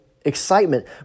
excitement